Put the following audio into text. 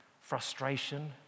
frustration